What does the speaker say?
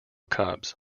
cubs